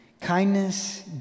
kindness